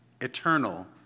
eternal